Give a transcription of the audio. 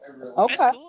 Okay